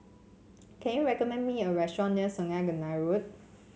can you recommend me a restaurant near Sungei Tengah Road